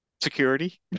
security